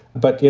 but, you